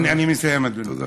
אני מסיים, אדוני.